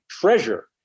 treasure